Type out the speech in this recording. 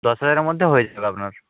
দশ হাজারের মধ্যে হয়ে যাবে আপনার